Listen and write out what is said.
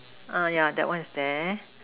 ah yeah that one is there